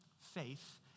faith